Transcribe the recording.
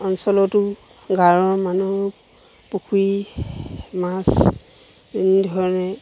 অঞ্চলতো গাঁৱৰ মানুহ পুখুৰী মাছ এনেধৰণে